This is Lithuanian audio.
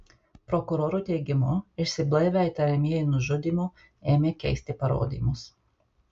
prokurorų teigimu išsiblaivę įtariamieji nužudymu ėmė keisti parodymus